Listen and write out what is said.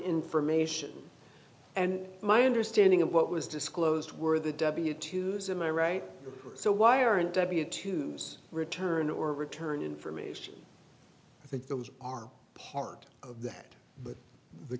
information and my understanding of what was disclosed were the w two is in my right so why aren't w to return or return information i think those are part of that but the